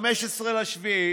15 ביולי,